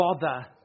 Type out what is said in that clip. bother